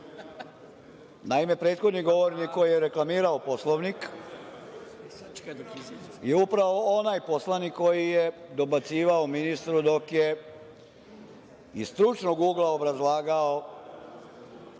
Naime, prethodni govornik koji je reklamirao Poslovnik je upravo onaj poslanik koji je dobacivao ministru dok je iz stručnog ugla obrazlagao